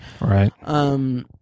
Right